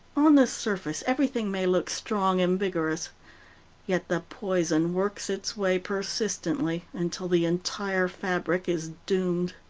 on the surface everything may look strong and vigorous yet the poison works its way persistently, until the entire fabric is doomed.